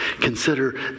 consider